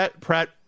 Pratt